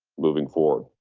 moving forward,